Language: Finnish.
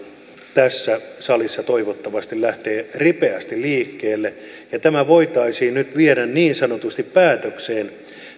tässä salissa toivottavasti lähtee ripeästi liikkeelle ja tämä voitaisiin nyt viedä niin sanotusti päätökseen